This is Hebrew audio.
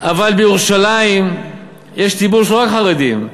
אבל בירושלים יש ציבור שהוא לא רק חרדים,